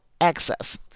access